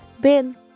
Bin